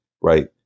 right